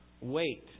wait